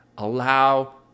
Allow